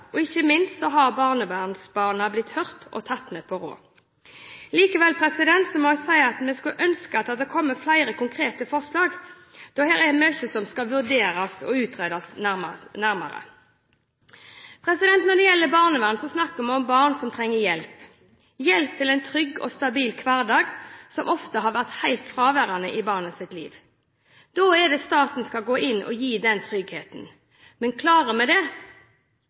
og ikke minst er barnevernsbarna blitt hørt og tatt med på råd. Likevel må jeg si at vi skulle ønske at det hadde kommet flere konkrete forslag, da det her er mye som skal vurderes og utredes nærmere. Når det gjelder barnevern, snakker vi om barn som trenger hjelp – hjelp til en trygg og stabil hverdag som ofte har vært helt fraværende i barnets liv. Da er det staten skal gå inn og gi den tryggheten. Men klarer vi det?